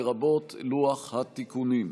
לרבות לוח התיקונים.